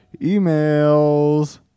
Emails